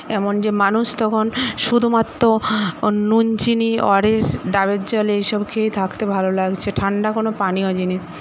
এমন যে মানুষ তখন শুধুমাত্র নুন চিনি ওআরএস ডাবের জল এইসব খেয়ে থাকতে ভালো লাগছে ঠান্ডা কোন পানীয় জিনিস